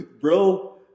bro